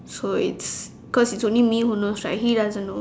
so it's cause it's only me mah so he doesn't know